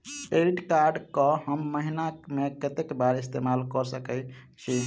Credit card कऽ हम महीना मे कत्तेक बेर इस्तेमाल कऽ सकय छी?